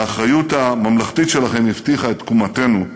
האחריות הממלכתית שלכם הבטיחה את תקומתנו,